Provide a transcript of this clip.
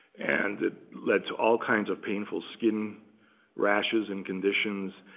and it led to all kinds of painful skin rashes and conditions.